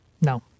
No